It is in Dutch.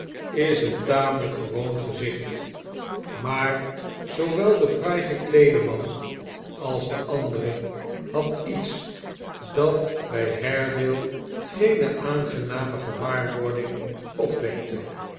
is een tamelijk gewoon gezicht maar zoowel de fraai gekleede man als de andere had iets dat bij haredale geene aangename gewaarwording opwekte